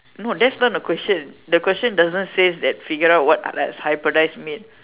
no that's not the question the question doesn't says that figure out what does hybridize mean